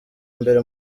mbere